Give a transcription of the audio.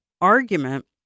argument